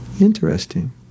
Interesting